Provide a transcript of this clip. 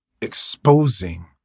exposing